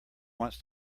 wants